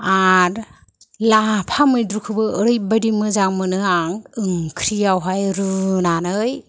आरो लाफा मैद्रुखौबो ओरैबादि मोजां मोनो आं ओंख्रियावहाय रुनानै